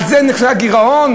על זה נכשל הגירעון?